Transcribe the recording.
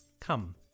Come